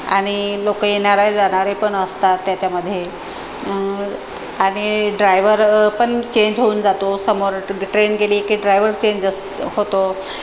आणि लोकं येणारे जाणारे पण असतात त्याच्यामध्ये आणि ड्रायव्हर पण चेंज होऊन जातो समोर टट ट्रेन गेली की ड्रायव्हर चेंज अस होतो